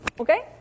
okay